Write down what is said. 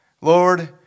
Lord